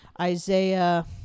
Isaiah